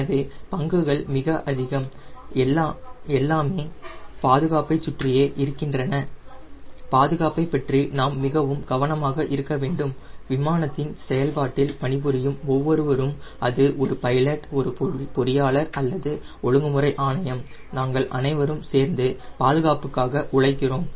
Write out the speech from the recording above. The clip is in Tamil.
எனவே பங்குகள் மிக அதிகம் எல்லாமே பாதுகாப்பைச் சுற்றியே இருக்கின்றன பாதுகாப்பைப் பற்றி நாம் மிகவும் கவனமாக இருக்க வேண்டும் விமானத்தின் செயல்பாட்டில் பணிபுரியும் ஒவ்வொருவரும் அது ஒரு பைலட் ஒரு பொறியாளர் அல்லது ஒழுங்குமுறை ஆணையம் நாங்கள் அனைவரும் சேர்ந்து பாதுகாப்புக்காக உழைக்கிறோம்